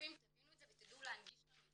כגופים תבינו את זה ותדעו להנגיש לנו את